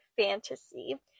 fantasy